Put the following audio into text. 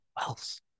else